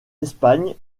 espagne